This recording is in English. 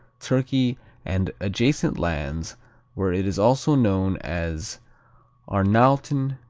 turkey and adjacent lands where it is also known as arnauten,